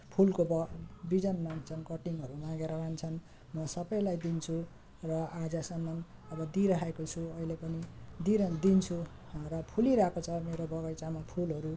फुलको ब बिजन माग्छन् कटिङहरू मागेर लान्छन् म सबैलाई दिन्छु र आजसम्म अब दिइरहेको छु अहिले पनि दिइरहन दिन्छु र फुलिरहेको छ मेरो बगैँचामा फुलहरू